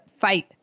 fight